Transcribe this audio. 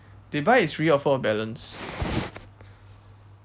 they buy is re-offer of balance